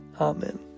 Amen